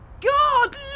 god